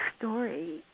story